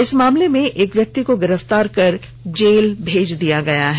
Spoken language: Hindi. इस मामले में एक व्यक्ति को गिरफ्तार कर जेल भेज दिया गया है